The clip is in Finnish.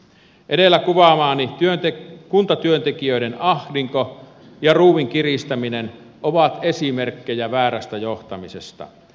edellä kuvaamani kuntatyöntekijöiden ahdinko ja ruuvin kiristäminen ovat esimerkkejä väärästä johtamisesta